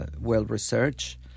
well-researched